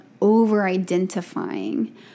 over-identifying